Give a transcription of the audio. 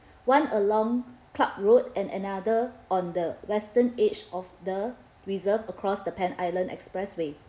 one along club road and another on the western edge of the reserve across the pan island expressway